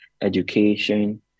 education